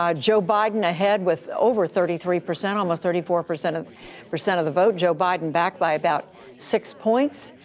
um joe biden ahead with over thirty three percent, almost thirty four percent of percent of the vote, joe biden backed by about six points.